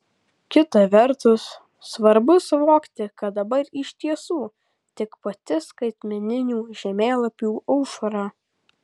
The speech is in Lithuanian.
kita vertus svarbu suvokti kad dabar iš tiesų tik pati skaitmeninių žemėlapių aušra